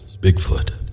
Bigfoot